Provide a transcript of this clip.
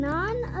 None